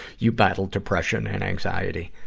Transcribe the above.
you battle depression and anxiety.